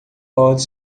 pode